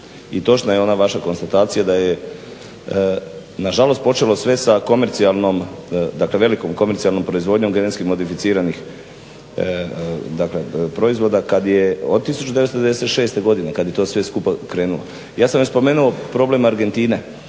i točna je ona vaša konstatacija da je nažalost počelo sve sa komercijalnom, dakle velikom komercijalnom proizvodnjom GMO proizvoda od 1996. godine kad je to sve skupa krenulo. Ja sam već spomenuo problem Argentine.